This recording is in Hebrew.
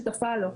שותפה לו,